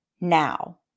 now